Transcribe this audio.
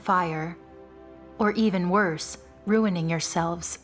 fire or even worse ruining yourselves